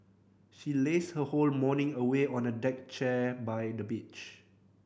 she lazed her whole morning away on a deck chair by the beach